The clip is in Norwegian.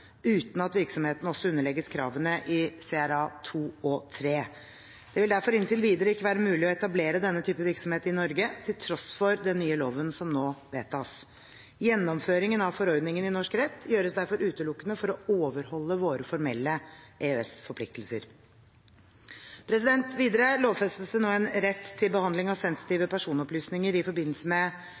uten at virksomheten også underlegges kravene i CRA II og CRA III. Det vil derfor inntil videre ikke være mulig å etablere denne type virksomhet i Norge, til tross for den nye loven som nå vedtas. Gjennomføringen av forordningen i norsk rett gjøres derfor utelukkende for å overholde våre formelle EØS-forpliktelser. Videre lovfestes det nå en rett til behandling av sensitive personopplysninger i forbindelse med